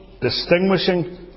distinguishing